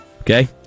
okay